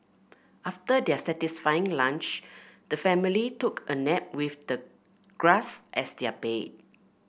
after their satisfying lunch the family took a nap with the grass as their bed